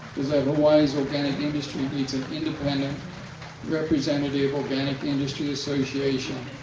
is that hawaii's organic industry. needs an independent representative. organic industry association.